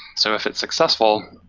so if it's successful,